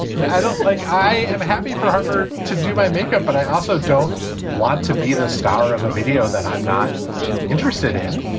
but i don't like i am happy for her to do my makeup. but i also don't want to be the star of a video that i'm not interested in.